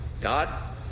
God